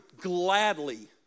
gladly